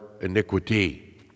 iniquity